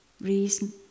reason